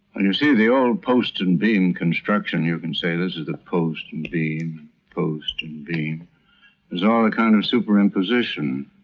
and you see the old post and beam construction you can say this is the post and beam post and beam all a kind of superimposition.